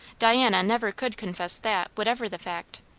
diana never could confess that, whatever the fact.